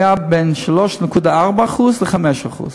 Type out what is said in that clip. הייתה בין 3.4% ל-5%.